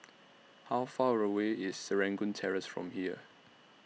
How Far away IS Serangoon Terrace from here